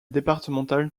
départementale